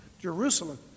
Jerusalem